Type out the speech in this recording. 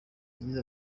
yagize